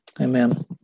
Amen